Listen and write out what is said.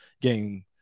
game